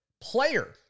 player